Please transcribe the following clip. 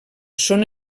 són